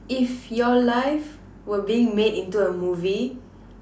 if your life were being made into a movie